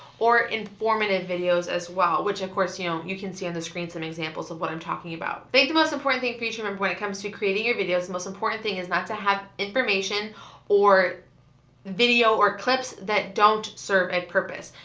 or informative videos as well, which of course you know you can see on the screen some examples of what i'm talking about. i think the most important thing for you to remember when it comes to creating your videos, the most important thing is not to have information or video or clips that don't serve a purpose.